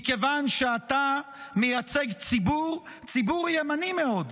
מכיוון שאתה מייצג ציבור ימני מאוד,